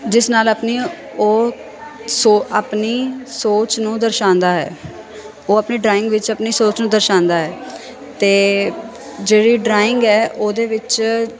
ਜਿਸ ਨਾਲ ਆਪਣੀ ਉਹ ਸੋਚ ਆਪਣੀ ਸੋਚ ਨੂੰ ਦਰਸਾਉਂਦਾ ਹੈ ਉਹ ਆਪਣੀ ਡਰਾਇੰਗ ਵਿੱਚ ਆਪਣੀ ਸੋਚ ਨੂੰ ਦਰਸਾਉਂਦਾ ਹੈ ਅਤੇ ਜਿਹੜੀ ਡਰਾਇੰਗ ਹੈ ਉਹਦੇ ਵਿੱਚ